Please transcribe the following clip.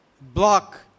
block